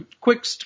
quick